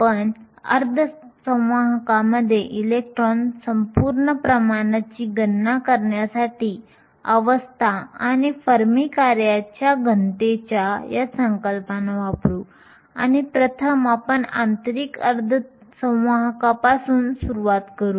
आपण अर्धसंवाहकांमध्ये इलेक्ट्रॉन संपूर्ण प्रमाणाची गणना करण्यासाठी अवस्था आणि फर्मी कार्याच्या घनतेच्या या संकल्पना वापरू आणि प्रथम आपण आंतरिक अर्धवाहकांपासून सुरुवात करू